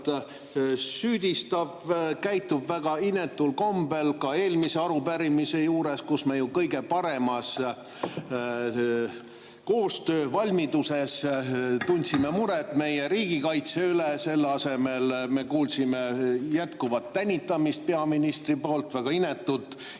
süüdistab, käitub väga inetul kombel. Ka eelmise arupärimise juures, kui me ju kõige paremas koostöövalmiduses tundsime muret meie riigikaitse pärast, me kuulsime jätkuvat tänitamist peaministri poolt, väga inetut.